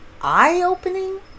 eye-opening